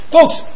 Folks